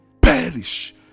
perish